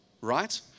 Right